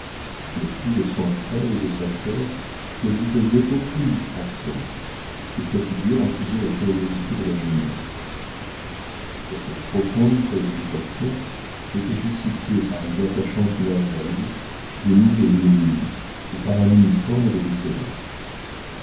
les cris de son frère ou de sa sœur ne lui causaient aucune distraction et sa figure accusait la curiosité de la jeunesse cette profonde préoccupation était justifiée par les attachantes merveilles des mille et une nuits et par un uniforme de